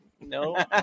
No